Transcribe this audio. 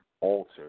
alter